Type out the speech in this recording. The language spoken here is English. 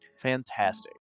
Fantastic